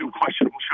questionable